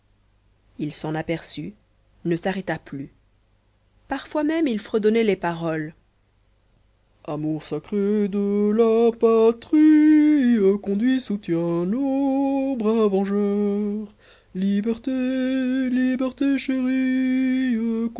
il s'en aperçut ne s'arrêta plus parfois même il fredonnait les paroles